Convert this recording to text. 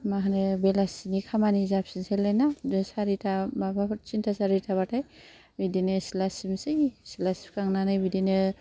मा होनो बेलासिनि खामानि जाफिनसैलायना बे सारिथा माबाफोर थिन्था सारिथाबाथाय बिदिनो सिला सिबसै सिला सिबखांनानै बिदिनो